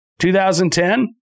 2010